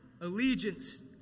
allegiance